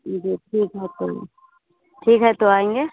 जी ठीक है तो ठीक है तो आएँगे